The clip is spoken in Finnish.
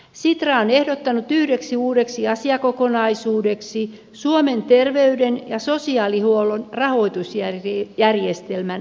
sitra on ehdottanut yhdeksi uudeksi asiakokonaisuudeksi suomen terveyden ja sosiaalihuollon rahoitusjärjestelmän uudistamista